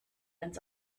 eins